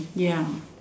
ya